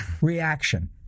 reaction